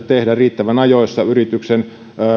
tehdä riittävän ajoissa yrityksen